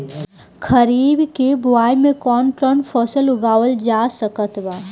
खरीब के बोआई मे कौन कौन फसल उगावाल जा सकत बा?